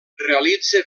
realitza